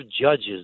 judges